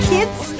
Kids